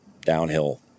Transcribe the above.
downhill